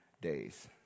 days